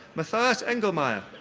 matthias engelmayer.